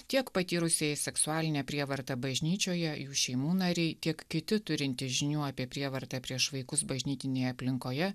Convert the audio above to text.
tiek patyrusieji seksualinę prievartą bažnyčioje jų šeimų nariai tiek kiti turintys žinių apie prievartą prieš vaikus bažnytinėje aplinkoje